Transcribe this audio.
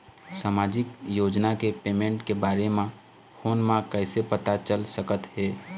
सामाजिक योजना के पेमेंट के बारे म फ़ोन म कइसे पता चल सकत हे?